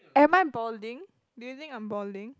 am I balding do you think I'm balding